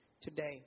today